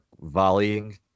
volleying